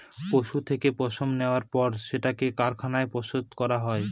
পশুর থেকে পশম নেওয়ার পর সেটাকে কারখানায় প্রসেস করা হয়